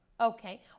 Okay